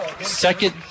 second